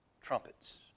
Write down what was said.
trumpets